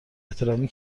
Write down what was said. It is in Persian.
احترامی